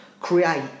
create